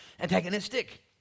antagonistic